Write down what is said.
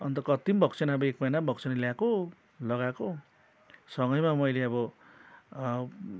अन्त कति पनि भएको छैन अब एक महिना पनि भएको छै ल्याएको लगाएको सँगैमा मैले अब